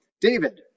David